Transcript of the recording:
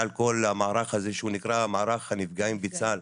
על כל המערך הזה שנקרא מערך הנפגעים בצה"ל,